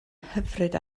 hyfryd